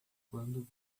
quando